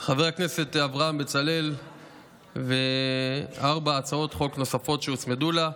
חבר הכנסת אברהם בצלאל וארבע הצעות חוק נוספות שהוצמדו אליה.